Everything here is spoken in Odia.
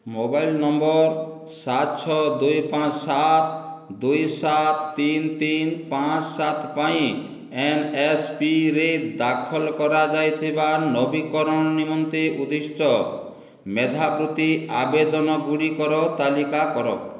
ମୋବାଇଲ ନମ୍ବର ସାତ ଛଅ ଦୁଇ ପାଞ୍ଚ ସାତ୍ ଦୁଇ ସାତ୍ ତିନ୍ ତିନ୍ ପାଞ୍ଚ୍ ସାତ୍ ପାଇଁ ଏନ୍ଏସ୍ପିରେ ଦାଖଲ କରାଯାଇଥିବା ନବୀକରଣ ନିମନ୍ତେ ଉଦ୍ଦିଷ୍ଟ ମେଧାବୃତ୍ତି ଆବେଦନଗୁଡ଼ିକର ତାଲିକା କର